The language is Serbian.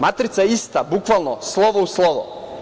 Matrica je ista bukvalno, slovo u slovo.